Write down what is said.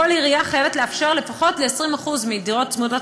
כל עירייה חייבת לאפשר לפחות ל-20% מהדירות צמודות